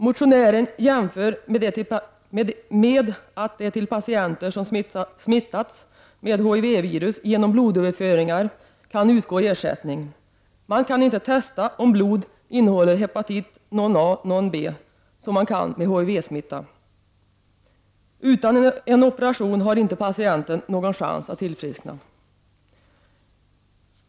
Motionärerna jämför med det förhållandet att det till patienter som har smittats med HIV-virus genom blodöverföringar kan utgå ersättning. Man kan inte testa om blod innehåller hepatit non A non B, vilket man kan med HIV-smitta. Utan operation har patienten inte någon chans att tillfriskna.